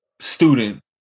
student